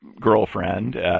girlfriend